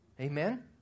Amen